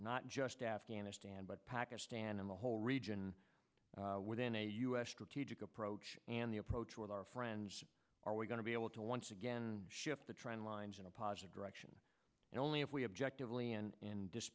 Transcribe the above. not just afghanistan but pakistan and the whole region within a us strategic approach and the approach with our friends are we going to be able to once again shift the trend lines in a positive direction only if we objective liane and